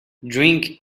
drink